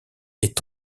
est